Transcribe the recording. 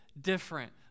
Different